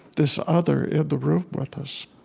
this other in the room with us,